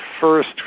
first